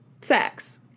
sex